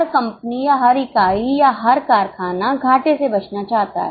हर कंपनी या हर इकाई या हर कारखाना घाटे से बचना चाहता है